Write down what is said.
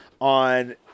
on